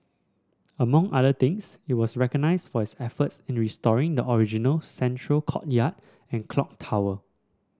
among other things it was recognised for its efforts in restoring the original central courtyard and clock tower